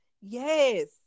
Yes